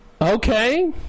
Okay